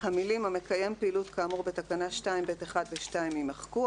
המילים "המקיים פעילות כאמור בתקנה 2(ב)(1) ו-(2)" יימחקו".